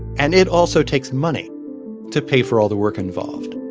and it also takes money to pay for all the work involved